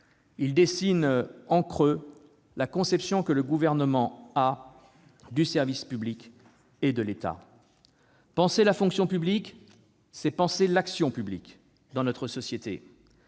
il dessine en creux la conception que le Gouvernement se fait du service public et de l'État. Penser la fonction publique, c'est penser l'action publique dans notre société.